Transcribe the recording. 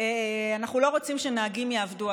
אנחנו לא רוצים שנהגים יעבדו.